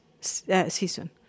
season